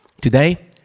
Today